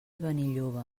benilloba